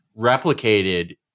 replicated